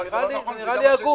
זה נראה לי הגון.